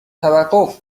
توقف